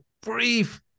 brief